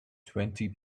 twenty